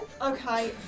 okay